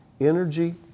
Energy